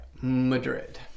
Madrid